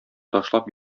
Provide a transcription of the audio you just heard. ташлап